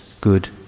good